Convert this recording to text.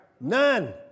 None